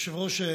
היושב-ראש,